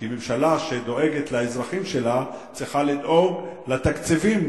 כי ממשלה שדואגת לאזרחים שלה צריכה לדאוג לתקציבים,